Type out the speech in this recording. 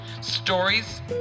stories